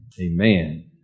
amen